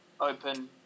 open